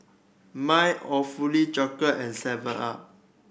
Miles Awfully Chocolate and seven up